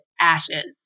ashes